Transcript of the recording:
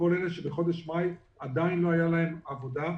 כל אלה שבחודש מאי עדיין לא הייתה להם עבודה.